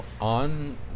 on